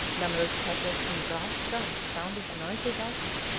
numerous kettles and brass drums sounded a noisy welcome,